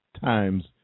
times